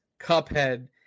Cuphead